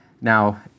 Now